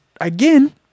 again